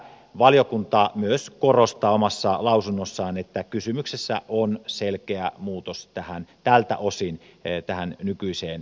valiokunta myös korostaa omassa lausunnossaan että kysymyksessä on selkeä muutos tältä osin tähän nykyiseen käytäntöön